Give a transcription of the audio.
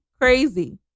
crazy